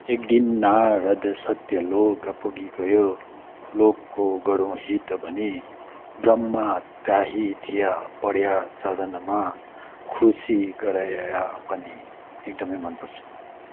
एकदिन नारद सत्यलोक पुगी गयो लोकको गरौँ हित भनी ब्र्हम त्यहीँ थिया पढ्या चरणमा खुसी गराया या पनि एकदमै मनपर्छ